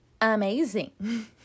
amazing